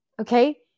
Okay